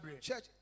Church